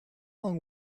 long